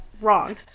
Wrong